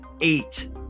eight